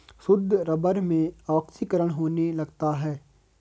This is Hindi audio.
शुद्ध रबर में ऑक्सीकरण होने लगता है